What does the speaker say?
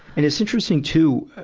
and it's interesting, too, ah,